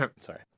Sorry